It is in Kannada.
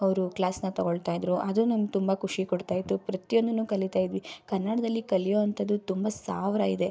ಅವರು ಕ್ಲಾಸನ್ನ ತಗೊಳ್ತಾ ಇದ್ರು ಅದು ನಮ್ಗೆ ತುಂಬ ಖುಷಿ ಕೊಡ್ತಾಯಿತ್ತು ಪ್ರತಿಯೊಂದನ್ನೂ ಕಲಿತಾಯಿದ್ವಿ ಕನ್ನಡದಲ್ಲಿ ಕಲಿಯುವಂಥದ್ದು ತುಂಬ ಸಾವಿರ ಇದೆ